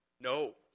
No